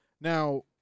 Now